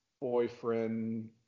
boyfriend